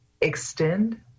extend